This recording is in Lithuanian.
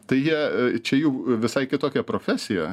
tai jie čia jų visai kitokia profesija